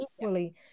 equally